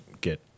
get